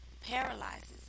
Paralyzes